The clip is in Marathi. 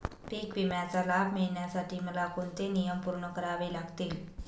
पीक विम्याचा लाभ मिळण्यासाठी मला कोणते नियम पूर्ण करावे लागतील?